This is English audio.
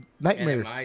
nightmares